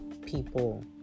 people